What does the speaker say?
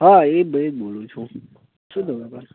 હા એ ભાઈ જ બોલુ છું શુ થયું છે